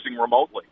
remotely